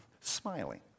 smiling